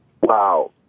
Wow